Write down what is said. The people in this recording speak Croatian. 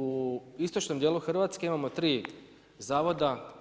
U istočnom dijelu Hrvatske imamo tri zavoda,